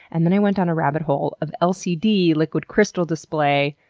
and then i went down a rabbit hole of lcd, liquid crystal display,